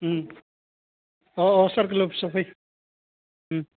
अह अह सार्कोल अफिसआव फै ओम